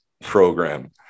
program